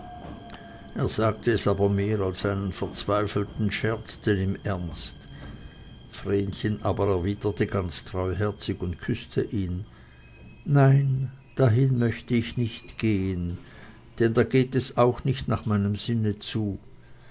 er sagte es aber mehr als einen verzweifelten scherz denn im ernst vrenchen aber erwiderte ganz treuherzig und küßte ihn nein dahin möchte ich nicht gehen denn da geht es auch nicht nach meinem sinne zu